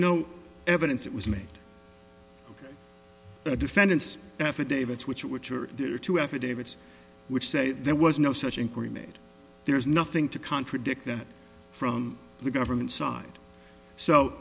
no evidence that was made the defendants affidavits which are which are there are two affidavits which say there was no such inquiry made there is nothing to contradict that from the government side so